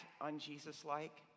un-Jesus-like